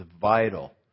vital